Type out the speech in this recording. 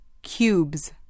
Cubes